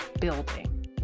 building